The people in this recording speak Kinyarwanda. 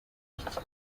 iki